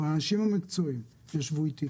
אבל האנשים המקצועיים ישבו איתי